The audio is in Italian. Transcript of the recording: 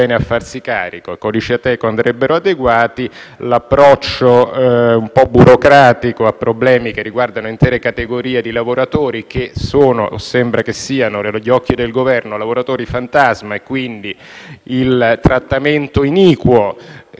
Il trattamento iniquo